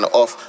off